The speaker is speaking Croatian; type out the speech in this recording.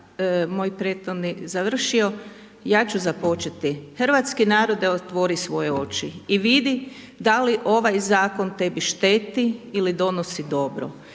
moj prethodnik završio, ja ću započeti. Hrvatski narode otvori svoje oči i vidi da li ovaj zakon tebi šteti ili donosi dobro